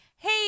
Hey